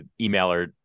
emailer